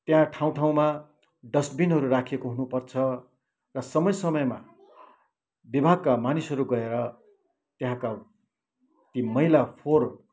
त्यहाँ ठाउँ ठाउँमा डस्टबिनहरू राखिएको हुनुपर्छ र समय समयमा विभागका मानिसहरू गएर त्यहाँका ती मैला फोहोर